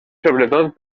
sobretot